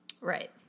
Right